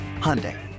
Hyundai